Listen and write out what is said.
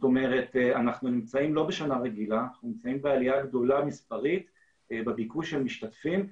אנחנו לא בשנה רגילה ואנחנו בעלייה מספרית גדולה בביקוש של המשתתפים.